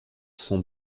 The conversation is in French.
son